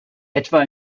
etwa